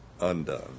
undone